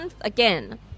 again